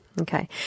Okay